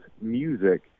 music